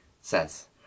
says